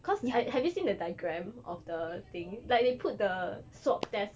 cause I have have you seen the diagram of the thing like they put the swab test